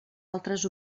altres